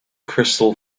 crystal